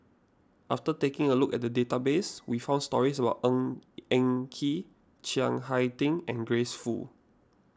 after taking a look at the database we found stories about Ng Eng Kee Chiang Hai Ding and Grace Fu